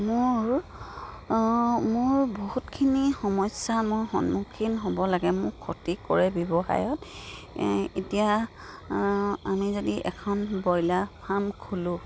মোৰ মোৰ বহুতখিনি সমস্যা মোৰ সন্মুখীন হ'ব লাগে মোক ক্ষতি কৰে ব্যৱসায়ত এতিয়া আমি যদি এখন ব্ৰইলাৰ ফাৰ্ম খোলোঁ